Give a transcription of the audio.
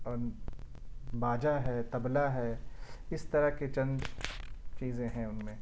اور باجا ہے طبلہ ہے اس طرح کی چند چیزیں ہیں ان میں